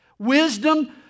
Wisdom